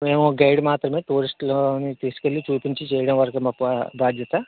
మేము గైడ్ మాత్రమే టూరిస్టులను తీసుకెళ్లి చూపించి చేయడం వరకే మా పా బాధ్యత